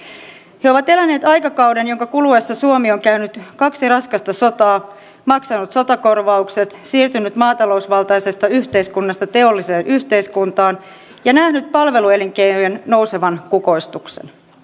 he ovat eläneet aikakauden jonka kuluessa suomi on käynyt kaksi raskasta sotaa maksanut sotakorvaukset siirtynyt maatalousvaltaisesta yhteiskunnasta teolliseen yhteiskuntaan ja nähnyt palveluelinkeinojen nousevan kukoistukseen